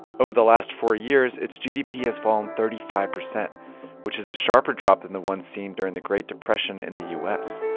over the last four years, its gdp has fallen thirty five, which is a sharper drop than the one seen during the great depression in the us.